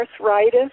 arthritis